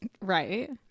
Right